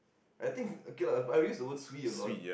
I think ok lah I will use the word cui a lot